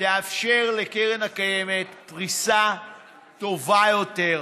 תאפשר לקרן הקיימת פריסה טובה יותר,